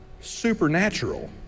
supernatural